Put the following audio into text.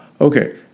Okay